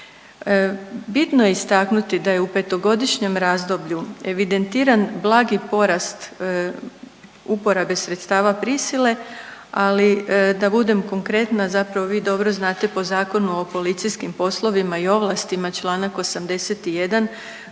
Bitno je istaknuti da je u petogodišnjem razdoblju evidentiran blagi porast uporabe sredstava prisile, ali da budem konkretna zapravo vi dobro znate po Zakonu o policijskim poslovima i ovlastima Članak 81.